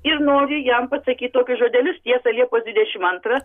ir noriu jam pasakyt tokius žodelius tiesa liepos dvidešim antrą